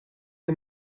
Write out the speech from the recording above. est